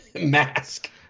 mask